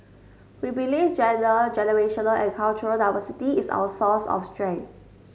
we believe gender generational and cultural diversity is our source of strength